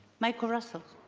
michael russell